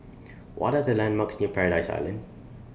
What Are The landmarks near Paradise Island